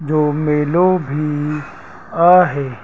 जो मेलो बि आहे